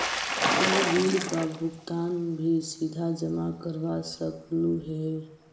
तु बिल का भुगतान भी सीधा जमा करवा सकलु हे